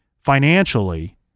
financially